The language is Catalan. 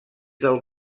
del